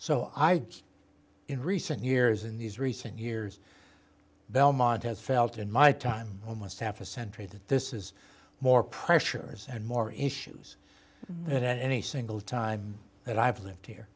guess in recent years in these recent years belmont has felt in my time almost half a century that this is more pressure and more issues than any single time that i've lived here